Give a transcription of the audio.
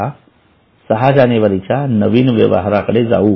आता 6 जानेवारी च्या नवीन व्यवहाराकडे जाऊ